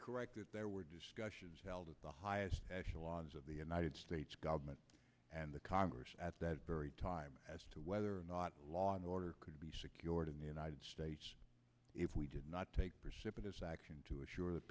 correct that there were discussions held at the highest echelons of the united states government and the congress at that very time as to whether or not law and order could be secured in the united states if we did not take persepolis action to assure th